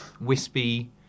wispy